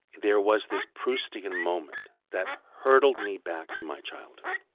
there was this proustian moment that hurdled me back to my childhood,